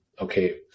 okay